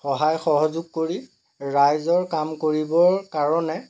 সহায় সহযোগ কৰি ৰাইজৰ কাম কৰিবৰ কাৰণে